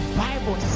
bible